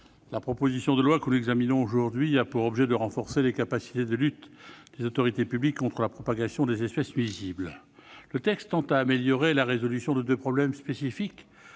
la proposition de loi que nous examinons a pour objet de renforcer les capacités de lutte des autorités publiques contre la propagation des espèces nuisibles. Le texte tend à améliorer la résolution de deux problèmes spécifiques